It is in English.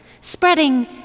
spreading